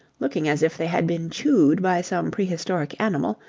looking as if they had been chewed by some prehistoric animal,